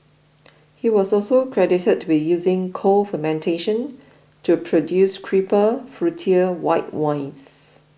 he was also credited to be using cold fermentation to produce crisper fruitier white wines